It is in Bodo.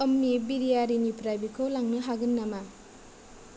अम्मी बिरियारिनिफ्राय बेखौ लांनो हागोन नामा